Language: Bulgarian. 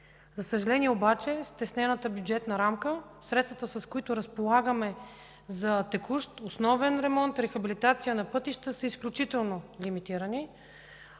За съжаление обаче стеснената бюджетна рамка, средствата, с които разполагаме за текущ, основен ремонт, рехабилитация на пътища са изключително лимитирани.